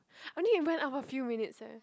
I only went out for a few minutes eh